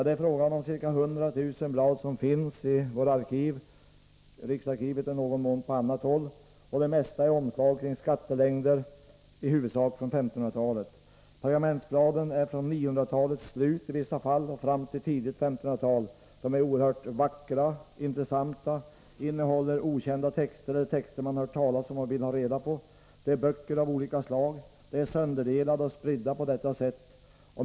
Det är fråga om ca 100 000 blad i våra arkiv, riksarkivet och i någon mån på annat håll. Det mesta är omslag kring skattelängder, i huvudsak från 1500 talet. Pergamentbladen är i vissa fall från 900-talets slut fram till tidigt 1500-tal. De är oerhört vackra och intressanta och innehåller okända texter eller texter man hört talas om och vill ta del av. Det är böcker av olika slag — de är sönderdelade och spridda på detta sätt.